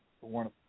one